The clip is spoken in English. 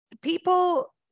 people